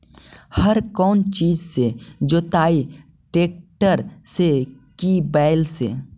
हर कौन चीज से जोतइयै टरेकटर से कि बैल से?